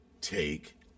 take